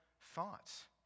thoughts